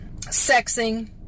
sexing